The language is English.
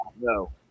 No